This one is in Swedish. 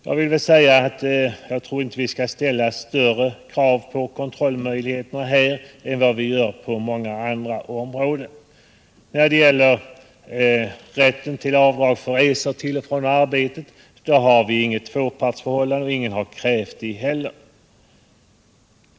Jag anser emellertid inte att vi bör ställa strängare krav på kontrollmöjligheterna i detta fall än vi gör på många andra områden. När det gäller rätten till avdrag för resa från och till arbetet har vi inget tvåpartsförhållande, och det har heller ingen krävt.